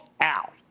out